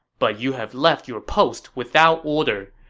but you have left your post without order.